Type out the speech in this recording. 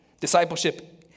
Discipleship